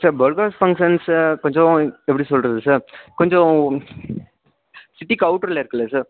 sir பர்க்கஸ் functions கொஞ்சம் எப்படி சொல்கிறது சார் கொஞ்சம் சிட்டிக்கு அவுட்டரில் இருக்குல்ல சார்